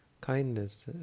kindness